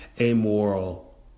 amoral